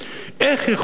איך יכול להיות